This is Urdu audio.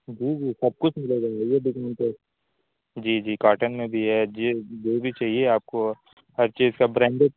جی جی سب کچھ ملے گا جی جی کاٹن میں بھی ہے جو بھی چاہیے آپ کو ہر چیز کا برنڈیڈ